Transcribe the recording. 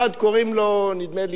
קוראים לו נדמה לי אלקין,